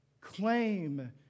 Claim